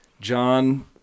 John